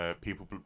People